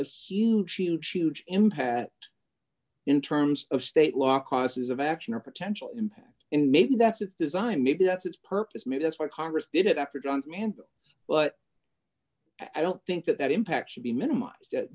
a huge huge huge impact in terms of state law causes of action or potential impact and maybe that's its design maybe that's its purpose made us why congress did it after johnson and but i don't think that that impact should be minimized